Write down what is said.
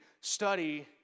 study